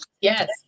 yes